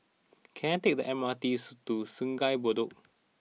can I take the M R T to Sungei Bedok